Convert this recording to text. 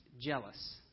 jealous